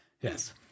Yes